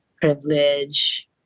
privilege